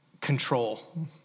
control